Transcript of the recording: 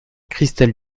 christelle